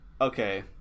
Okay